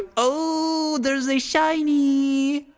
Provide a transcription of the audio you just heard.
ooooh! there's a shiny!